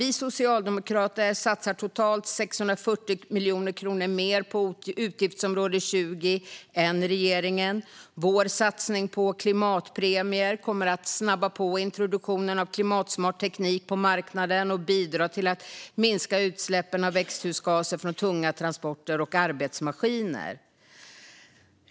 Vi socialdemokrater satsar totalt 640 miljoner kronor mer än regeringen på utgiftsområde 20. Vår satsning på klimatpremier kommer att snabba på introduktionen av klimatsmart teknik på marknaden och bidra till att minska utsläppen av växthusgaser från tunga transporter och arbetsmaskiner.